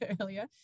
earlier